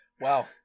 Wow